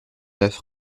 neuf